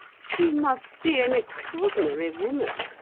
she must be an extraordinary woman,